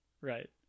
right